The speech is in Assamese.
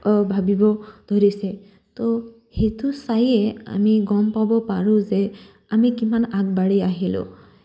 ভাবিব ধৰিছে তো সেইটো চায়ে আমি গম পাব পাৰোঁ যে আমি কিমান আগবাঢ়ি আহিলোঁ